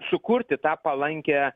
sukurti tą palankią